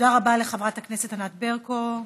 תודה רבה לחברת הכנסת ענת ברקו.